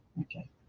Okay